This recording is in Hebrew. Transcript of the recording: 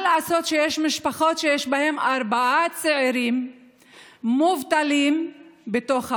מה לעשות שיש משפחות שיש בהן ארבעה צעירים מובטלים בתוך הבית,